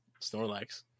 Snorlax